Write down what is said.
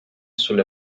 sulle